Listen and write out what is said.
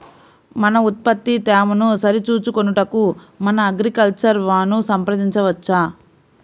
మన ఉత్పత్తి తేమను సరిచూచుకొనుటకు మన అగ్రికల్చర్ వా ను సంప్రదించవచ్చా?